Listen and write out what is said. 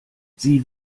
sie